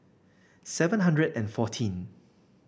seven hundred and fourteen